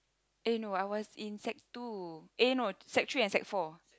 eh no I was in sec two eh no sec three and sec four